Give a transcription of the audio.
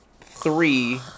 Three